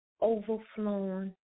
overflowing